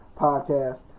podcast